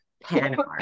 Panama